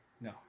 No